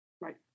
Right